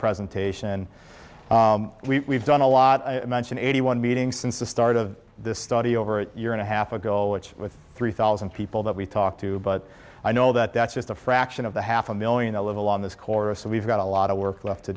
presentation we done a lot i mentioned eighty one meetings since the start of this study over a year and a half ago which with three thousand people that we talk to but i know that that's just a fraction of the half a million that live along this corridor so we've got a lot of work left to